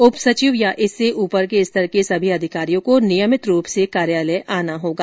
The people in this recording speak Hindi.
उप सचिव या इससे ऊपर के स्तर के सभी अधिकारियों को नियमित रूप से कार्यालय आना होगा